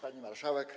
Pani Marszałek!